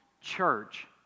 church